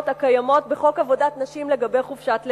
הקיימות בחוק עבודת נשים לגבי חופשת לידה.